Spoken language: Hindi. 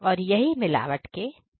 और यही मिलावट के मापदंड हैं